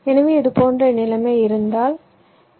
எனவே இதுபோன்ற நிலைமை இருந்தால் பி